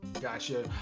Gotcha